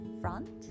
front